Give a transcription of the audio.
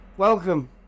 Welcome